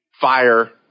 fire